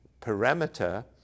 parameter